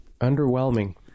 Underwhelming